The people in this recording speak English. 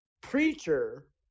Preacher